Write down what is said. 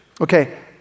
okay